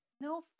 No